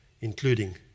including